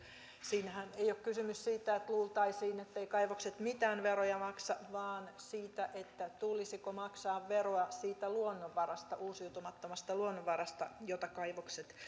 siinähän ei ole kysymys siitä että luultaisiin etteivät kaivokset mitään veroja maksa vaan siitä tulisiko maksaa veroa siitä uusiutumattomasta luonnonvarasta jota kaivokset